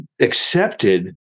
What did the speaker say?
accepted